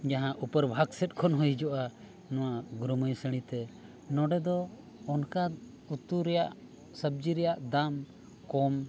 ᱡᱟᱦᱟᱸ ᱩᱯᱚᱨ ᱵᱷᱟᱨᱚᱛ ᱥᱮᱫ ᱠᱷᱚᱱᱦᱚᱸ ᱦᱤᱡᱩᱜᱼᱟ ᱱᱚᱣᱟ ᱜᱩᱨᱩᱢᱚᱦᱤᱥᱟᱱᱤ ᱛᱮ ᱱᱚᱸᱰᱮ ᱫᱚ ᱚᱱᱠᱟᱱ ᱩᱛᱩ ᱨᱮᱭᱟᱜ ᱥᱚᱵᱽᱡᱤ ᱨᱮᱭᱟᱜ ᱫᱟᱢ ᱠᱚᱢ